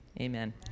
Amen